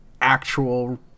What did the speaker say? actual